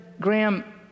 Graham